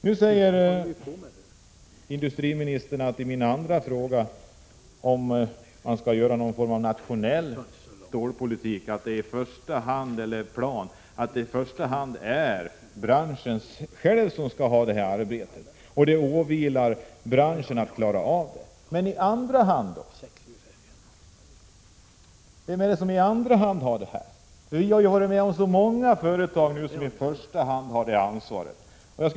Nu säger industriministern som svar på min andra fråga om huruvida man skall utarbeta någon nationell stålpolitik att det i första hand är branschen själv som skall klara av det. Men vem är det som i andra hand har ansvaret här? Vi har ju varit med om så många företag som i första hand har ansvaret.